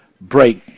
break